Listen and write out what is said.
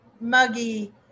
muggy